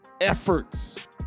efforts